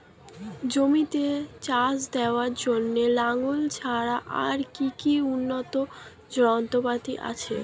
জমিতে চাষ দেওয়ার জন্য লাঙ্গল ছাড়া আর কি উন্নত যন্ত্রপাতি আছে?